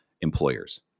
employers